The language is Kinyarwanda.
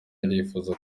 arifuza